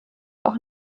auch